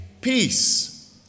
peace